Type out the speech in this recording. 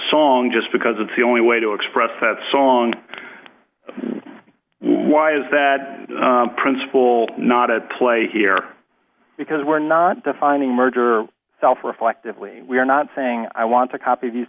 song just because it's the only way to express that song and why is that principle not a play here because we're not defining merger self reflectively we're not saying i want to copy these